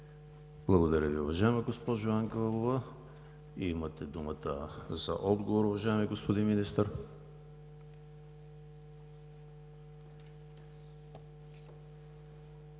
Благодаря Ви, уважаема госпожо Петрова. Имате думата за отговор, уважаеми господин Министър.